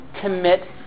commit